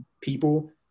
people